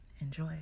enjoy